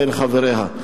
מבין חבריה.